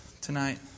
Tonight